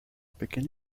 pequena